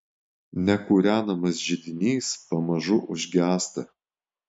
nekūrenamas židinys pamažu užgęsta